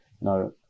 no